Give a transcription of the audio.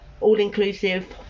all-inclusive